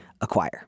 acquire